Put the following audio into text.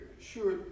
sure